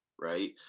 right